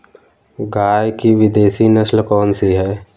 गाय की विदेशी नस्ल कौन सी है?